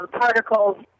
particles